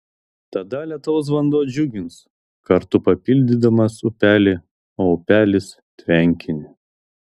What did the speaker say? tada lietaus vanduo džiugins kartu papildydamas upelį o upelis tvenkinį